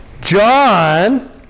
John